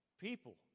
People